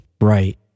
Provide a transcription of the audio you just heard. Right